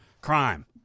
crime